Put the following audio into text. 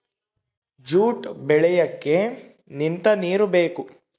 jute ಬೆಳಿಯಕ್ಕೆ ನಿಂತ ನೀರು ಬೇಕು